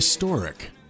Historic